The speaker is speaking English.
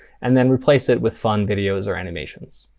and then replace it with fun videos or animations.